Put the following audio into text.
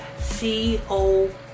C-O